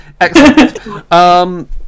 Excellent